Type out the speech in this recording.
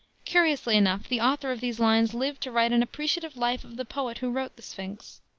curiously enough, the author of these lines lived to write an appreciative life of the poet who wrote the sphinx.